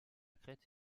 crête